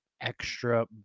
extra